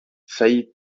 faillit